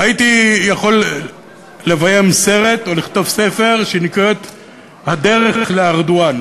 הייתי יכול לביים סרט או לכתוב ספר שנקרא "הדרך לארדואן".